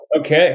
Okay